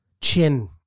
Chin